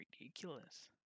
ridiculous